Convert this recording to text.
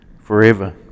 forever